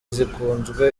zikunzwe